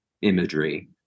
imagery